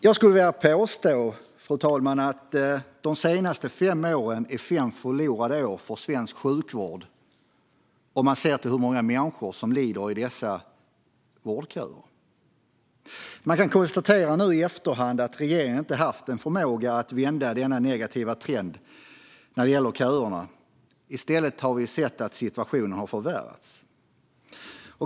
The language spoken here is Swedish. Jag skulle vilja påstå, fru talman, att de senaste fem åren är fem förlorade år för svensk sjukvård sett till hur många människor som lider i dessa vårdköer. Nu i efterhand kan vi konstatera att regeringen inte har haft förmåga att vända den negativa trenden när det gäller köerna. I stället har vi sett att situationen har förvärrats.